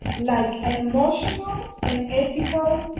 like an emotional, and ethical,